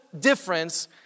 difference